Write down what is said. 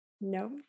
No